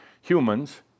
humans